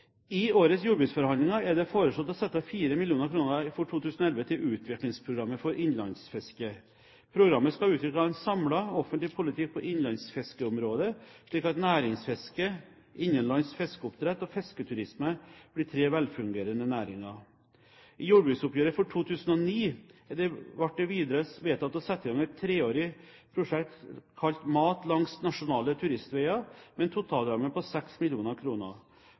årets jordbruksforhandlinger er det foreslått å sette av 4 mill. kr for 2011 til Utviklingsprogram for innlandsfiske. Programmet skal utvikle en samlet offentlig politikk på innlandsfiskeområdet, slik at næringsfiske, innenlands fiskeoppdrett og fisketurisme blir tre velfungerende næringer. I jordbruksoppgjøret for 2009 ble det videre vedtatt å sette i gang et treårig prosjekt, kalt Mat langs nasjonale turistveger, med en totalramme på